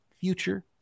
future